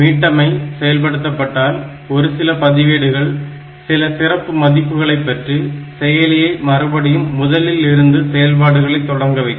மீட்டமை செயல்படுத்தப்பட்டால் ஒரு சில பதிவேடுகள் சில சிறப்பு மதிப்புகளை பெற்று செயலியை மறுபடியும் முதலில் இருந்து செயல்பாடுகளை தொடங்க வைக்கும்